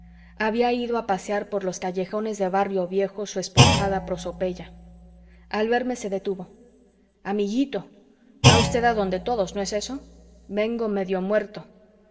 había ido a pasear por los callejones de barrio viejo su esponjada prosopeya al verme se detuvo amiguito va usted a donde todos no es eso vengo medio muerto